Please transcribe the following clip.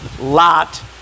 Lot